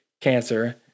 cancer